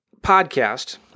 podcast